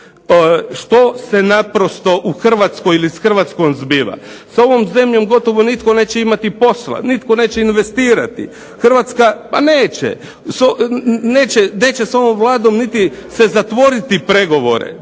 što se naprosto s Hrvatskom zbiva? S ovom zemljom gotovo nitko neće imati posla, nitko neće investirati, Hrvatska, pa neće, neće s ovom Vladom niti se zatvoriti pregovori.